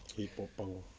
!ee! pop punk